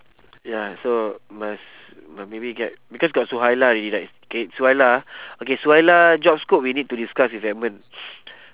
ya so must must maybe get because got suhaila already like K suhaila ah okay suhaila job scope we need to discuss with edmund